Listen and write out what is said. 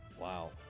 Wow